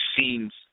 seems